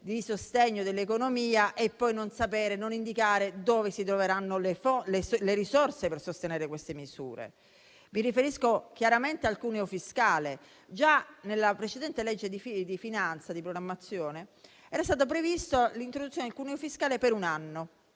di sostegno all'economia e poi non indicare dove si troveranno le risorse per sostenere tali misure. Mi riferisco chiaramente al cuneo fiscale; già nella precedente legge di bilancio era stata prevista l'introduzione del cuneo fiscale per un anno.